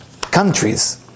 countries